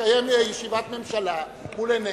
מתקיימת ישיבת ממשלה מול עינינו,